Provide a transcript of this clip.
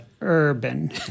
urban